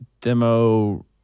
demo